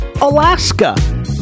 Alaska